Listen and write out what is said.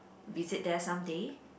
visit there some day